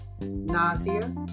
nausea